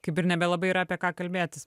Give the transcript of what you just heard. kaip ir nebelabai yra apie ką kalbėtis